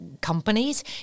companies